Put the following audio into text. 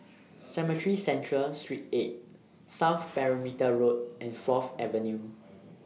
Cemetry Central Street eight South Perimeter Road and Fourth Avenue